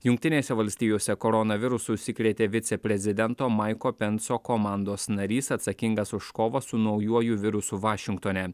jungtinėse valstijose koronavirusu užsikrėtė viceprezidento maiko penso komandos narys atsakingas už kovą su naujuoju virusu vašingtone